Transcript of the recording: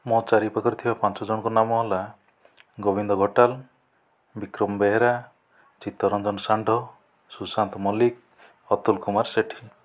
ମୋ ଚାରି ପାଖରେ ପାଞ୍ଚ ଜଣଙ୍କ ନାମ ହେଲା ଗୋବିନ୍ଦ ଭଟାଲ ବିକ୍ରମ ବେହେରା ଚିତ୍ତରଞ୍ଜନ ସାଣ୍ଢୋ ସୁଶାନ୍ତ ମାଲିକ ଅବଦୁଲ କୁମାର ସେଠୀ